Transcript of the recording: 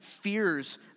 fears